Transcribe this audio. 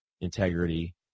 integrity